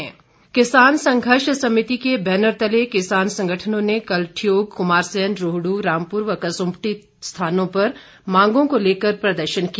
किसान समिति किसान संघर्ष समिति के बैनर तले किसान संगठनों ने कल ठियोग कुमारसैन रोहडू रामपुर व कसुम्पटी स्थानों पर मांगों को लेकर प्रदर्शन किया